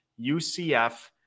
UCF